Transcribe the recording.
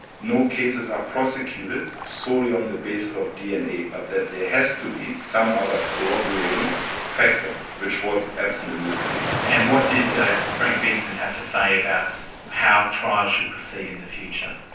no cases are prosecuted solely on the basis of dna, but that there has to be some other corroborating factor, which was absent in this case. and what did frank vincent have to say about how trials should proceed in the future?